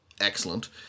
excellent